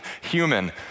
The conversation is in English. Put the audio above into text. human